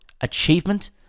achievement